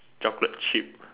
chocolate chip